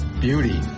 Beauty